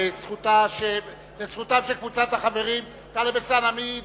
לזכותם של קבוצת החברים, מי ידבר?